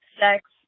sex